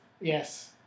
Yes